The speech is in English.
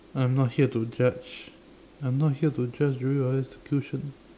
I'm not here to judge I'm not here to judge you